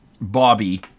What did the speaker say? Bobby